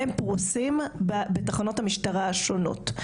הם פרוסים בתחנות המשטרה השונות,